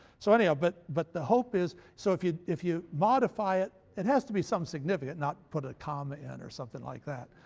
so anyhow, but but the hope is so if you if you modify it it has to be something significant, not put a comma in or something like that,